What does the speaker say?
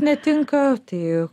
netinka tai